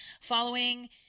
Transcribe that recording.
following